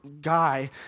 guy